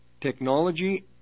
Technology